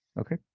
Okay